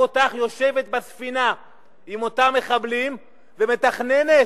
אותך יושבת בספינה עם אותם מחבלים ומתכננת